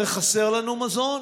הרי חסר לנו מזון.